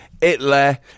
Italy